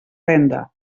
venda